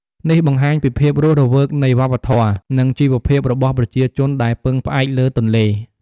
នេះបង្ហាញពីភាពរស់រវើកនៃវប្បធម៌ និងជីវភាពរបស់ប្រជាជនដែលពឹងផ្អែកលើទន្លេ។